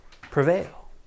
prevail